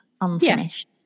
unfinished